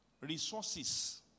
resources